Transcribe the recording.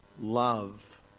Love